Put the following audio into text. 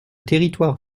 territoire